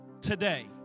today